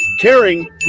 Caring